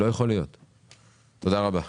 תודה רבה.